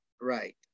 Right